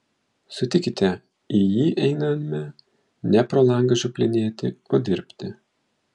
sutikite į jį einame ne pro langą žioplinėti o dirbti